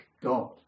God